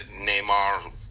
Neymar